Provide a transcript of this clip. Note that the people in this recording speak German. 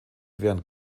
wären